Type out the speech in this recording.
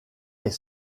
est